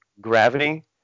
gravity